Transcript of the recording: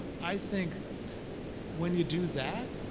i think when you do that,